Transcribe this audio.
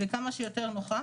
וכמה שיותר נוחה.